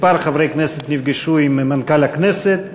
מספר חברי כנסת נפגשו עם מנכ"ל הכנסת.